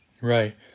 Right